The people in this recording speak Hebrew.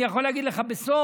אני יכול להגיד לך בסוד: